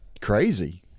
crazy